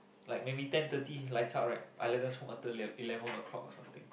like maybe ten thirty lights out right I let them smoke until like eleven o-clock or something